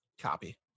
Copy